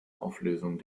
auflösung